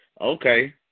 okay